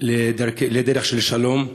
לדרך של שלום.